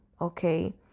okay